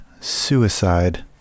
suicide